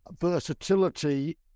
versatility